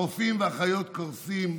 הרופאים והאחיות קורסים,